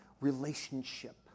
relationship